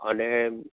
અને